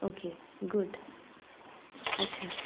okay good अच्छा